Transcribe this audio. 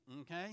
okay